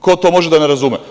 Ko to može da ne razume?